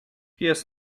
pies